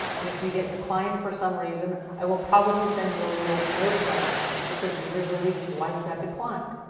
and if you get declined for some reason, i will probably send you a little note back this says these are the reasons why you got declined.